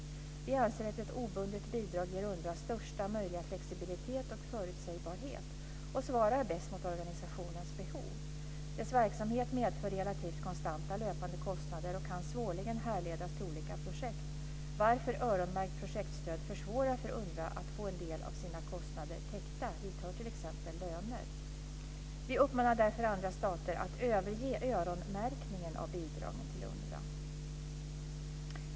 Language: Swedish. Vi anser att ett obundet bidrag ger UNRWA största möjliga flexibilitet och förutsägbarhet och bäst svarar mot organisationens behov. Dess verksamhet medför relativt konstanta löpande kostnader och kan svårligen härledas till olika projekt, varför öronmärkt projektstöd försvårar för UNRWA att få en del av sina kostnader täckta. Hit hör t.ex. löner. Vi uppmanar därför andra stater att överge öronmärkningen av bidragen till UNRWA.